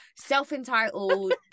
self-entitled